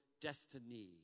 destiny